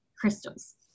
crystals